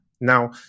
Now